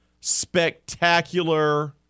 spectacular